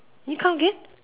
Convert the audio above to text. you count again